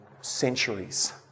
centuries